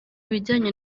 bijyanye